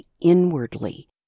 inwardly